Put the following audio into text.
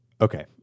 okay